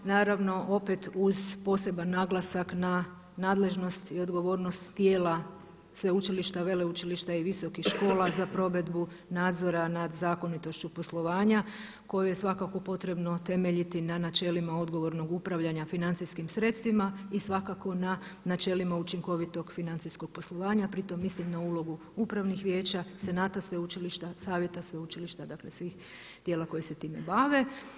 Naravno opet uz poseban naglasak na nadležnost i odgovornost tijela, sveučilišta, veleučilišta i visokih škola za provedbu nadzora nad zakonitošću poslovanja koju je svakako potrebno temeljiti na načelima odgovornog upravljanja financijskim sredstvima i svakako na načelima učinkovitog financijskog poslovanja a pri tome mislim na ulogu upravnih vijeća, senata sveučilišta, savjeta sveučilišta, dakle svih tijela koji se time bave.